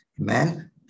Amen